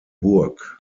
burg